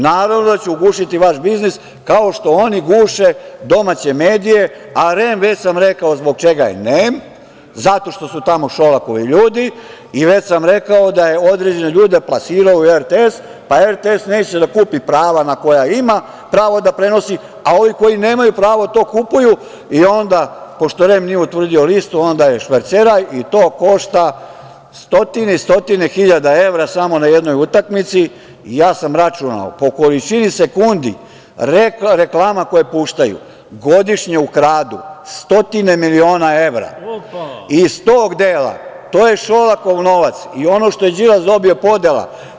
Naravno da ću ugušiti vaš biznis, kao što oni guše domaće medije, a REM već sam rekao zbog čega je nem, zato što su tamo Šolakovi ljudi i već sam rekao da je određene ljude plasirao u RTS, pa RTS neće da kupi prava koja ima pravo da prenosi, a ovi koji nemaju pravo to kupuju i onda pošto REM nije utvrdio listu, onda je šverceraj i to košta stotine i stotine hiljada evra samo na jednoj utakmici i ja sam računao – po količini sekundi reklama koje puštaju, godišnje ukradu stotine miliona evra iz tog dela, to je Šolakov novac i ono što Đilas dobije, podela.